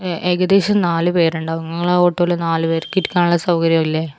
ഏകദേശം നാല് പേരുണ്ടാകും നിങ്ങളുടെ ഓട്ടോയിൽ നാല് പേർക്ക് ഇരിക്കാനുള്ള സൗകര്യം ഇല്ലേ